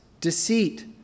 deceit